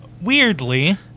weirdly